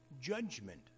judgment